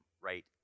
right